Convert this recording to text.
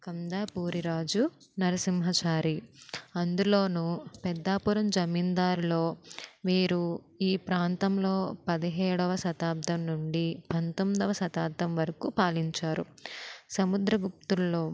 కందపూరి రాజు నరసింహచారి అందులోనూ పెద్దాపురం జమీందారులో మీరు ఈ ప్రాంతంలో పదిహేడవ శతాబ్దం నుండి పంతొమ్మిదవ శతాబ్దం వరకు పాలించారు సముద్ర గుప్తుల్లో